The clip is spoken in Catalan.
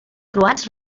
croats